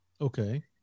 Okay